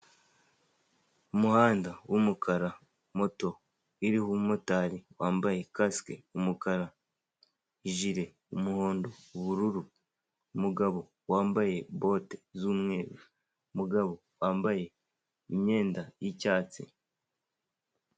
Umuhanda w'umukara moto iriho umumotari wambaye kasike, umukara, jiri umuhondo, ubururu, umugabo wambaye bote z'umweru, umugabo wambaye imyenda y'icyatsi.